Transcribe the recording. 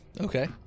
Okay